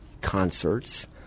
concerts